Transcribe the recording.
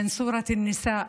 מן סורת א-נסאא,